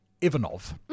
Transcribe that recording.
Ivanov